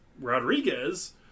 rodriguez